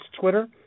Twitter